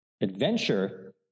adventure